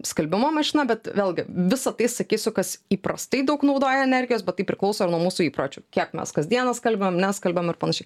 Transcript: skalbimo mašina bet vėlgi visa tai sakysiu kas įprastai daug naudoja energijos bet tai priklauso ir nuo mūsų įpročių kiek mes kasdieną skalbiam neskalbiam ir panašiai